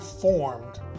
formed